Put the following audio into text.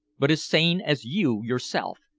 but as sane as you yourself.